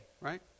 Right